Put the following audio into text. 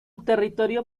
territorio